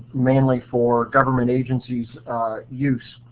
mainly for government agencies' use.